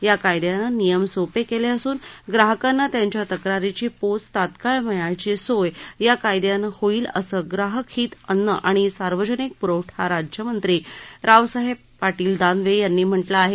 या कायद्याने नियम सोपे केले असून ग्राहकांना त्यांच्या तक्रारीची पोच तात्काळ मिळायची सोय या कायद्याने होईल असं ग्राहकहित अन्न आणि सार्वजनिक पुरवठा राज्यमंत्री रावसाहेब पार्शील दानवे यांनी म्हा मिं आहे